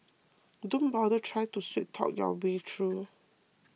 don't bother try to sweet talk your way through